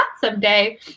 someday